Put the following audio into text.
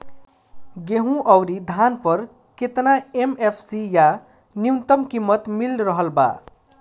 गेहूं अउर धान पर केतना एम.एफ.सी या न्यूनतम कीमत मिल रहल बा?